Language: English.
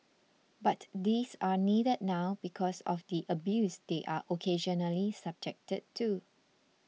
but these are needed now because of the abuse they are occasionally subjected to